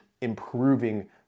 improving